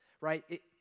right